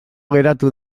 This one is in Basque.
geratu